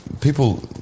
people